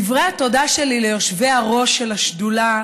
בדברי התודה שלי ליושבי-הראש של השדולה